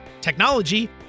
technology